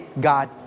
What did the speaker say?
God